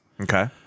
Okay